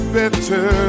better